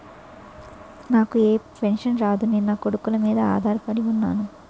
నాకు ఎలాంటి పెన్షన్ రాదు నేను నాకొడుకుల మీద ఆధార్ పడి ఉన్నాను